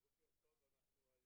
בוקר טוב לכולם.